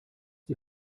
die